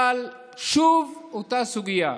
אבל שוב אותה סוגיה.